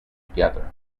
together